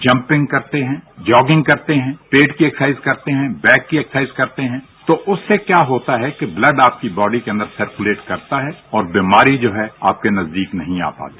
jumping करते हैं jogging करते हैं पेट की एक्सरसाइज करते है बेक की एक्सरसाइज करते है तो उससे क्या होता है कि ब्लड आपकी बॉडी के अंदर सर्कलेट करता है और बीमारी जो है आपके नजदीक नहीं आने पाती